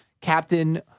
Captain